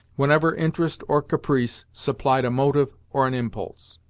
whenever interest or caprice supplied a motive or an impulse.